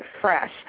fresh